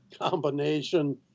combination